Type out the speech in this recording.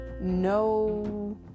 No